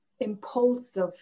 impulsive